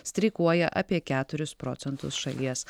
streikuoja apie keturis procentus šalies